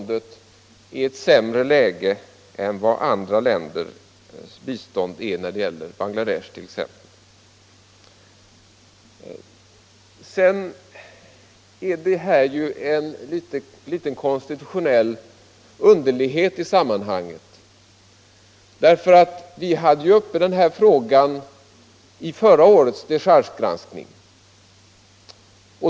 Den här frågan var uppe i förra årets dechargegranskning.